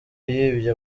yibye